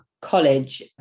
college